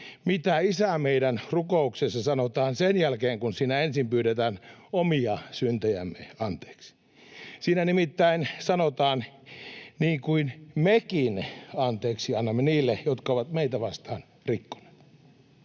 mitä Isä meidän -rukouksessa sanotaan sen jälkeen, kun siinä ensin pyydetään omia syntejä anteeksi. Siinä nimittäin sanotaan ”niin kuin mekin anteeksi annamme niille, jotka ovat meitä vastaan rikkoneet”.